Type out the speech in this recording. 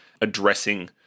addressing